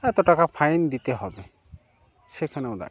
এত টাকা ফাইন দিতে হবে সেখানেও দাঁড়ি